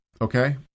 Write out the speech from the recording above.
Okay